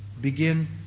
begin